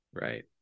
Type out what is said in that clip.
Right